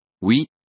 Oui